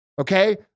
Okay